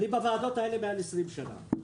אני בוועדות האלה מעל עשרים שנה,